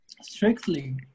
strictly